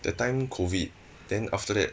that time COVID then after that